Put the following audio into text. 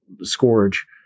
scourge